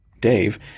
Dave